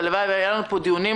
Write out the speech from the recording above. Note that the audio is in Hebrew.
והלוואי והיו לנו פה בדיונים